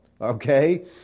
Okay